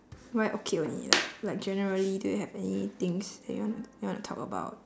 why okay only like like generally do you have any things that you wanna you wanna talk about